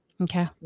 Okay